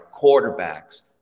quarterbacks